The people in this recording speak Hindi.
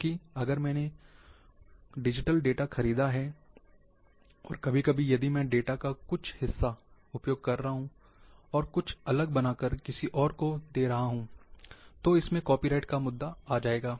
क्योंकि अगर मैंने डिजिटल डेटा खरीदा है और कभी कभी यदि मैं डेटा का कुछ हिस्सा उपयोग कर रहा हूं और कुछ अलग बनाकर किसी और को दे रहा है तो इसमें कॉपीराइट का मुद्दा आ जाएगा